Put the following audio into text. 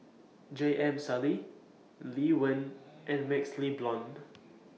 J M Sali Lee Wen and MaxLe Blond